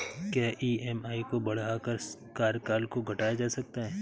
क्या ई.एम.आई को बढ़ाकर कार्यकाल को घटाया जा सकता है?